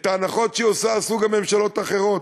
את ההנחות שהיא עושה עשו גם ממשלות אחרות,